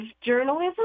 journalism